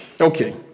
Okay